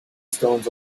stones